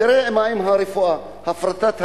תראה מה עם הרפואה, הפרטת הרפואה,